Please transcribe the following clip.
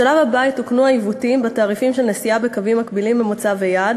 בשלב הבא יתוקנו העיוותים בתעריפים של נסיעה בקווים מקבילים במוצא וביעד